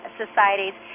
societies